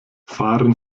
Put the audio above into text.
fahren